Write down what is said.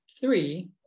Three